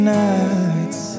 nights